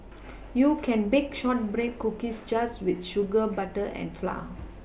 you can bake shortbread cookies just with sugar butter and flour